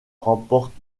remporte